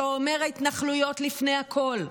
שאומר שההתנחלויות לפני הכול,